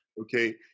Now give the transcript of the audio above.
Okay